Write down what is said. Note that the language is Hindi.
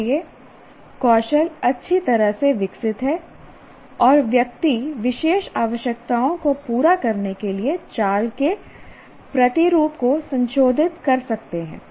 इसलिए कौशल अच्छी तरह से विकसित हैं और व्यक्ति विशेष आवश्यकताओं को पूरा करने के लिए चाल के प्रतिरूप को संशोधित कर सकते हैं